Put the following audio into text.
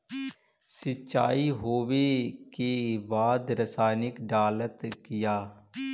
सीचाई हो बे के बाद रसायनिक डालयत किया?